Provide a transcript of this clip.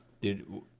dude